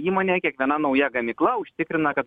įmonė kiekviena nauja gamykla užtikrina kad